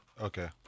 Okay